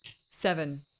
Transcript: Seven